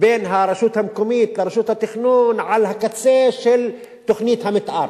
בין הרשות המקומית לרשות התכנון על הקצה של תוכנית המיתאר.